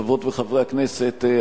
חברות וחברי הכנסת,